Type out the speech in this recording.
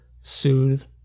soothe